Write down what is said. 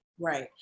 Right